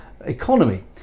economy